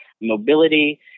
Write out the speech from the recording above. mobility